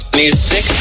music